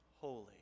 holy